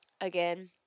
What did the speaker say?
again